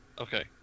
Okay